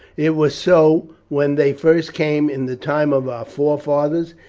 it was so when they first came in the time of our forefathers,